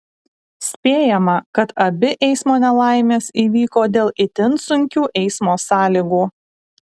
spėjama kad abi eismo nelaimės įvyko dėl itin sunkių eismo sąlygų